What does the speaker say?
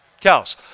Cows